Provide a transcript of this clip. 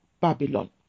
Babylon